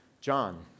John